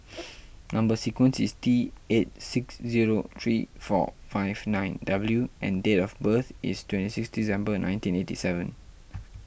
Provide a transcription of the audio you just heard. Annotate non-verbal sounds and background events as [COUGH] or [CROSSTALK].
[NOISE] Number Sequence is T eight six zero three four five nine W and date of birth is twenty six December nineteen eighty seven